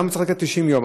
למה צריך לתת 90 יום?